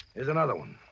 here's another one.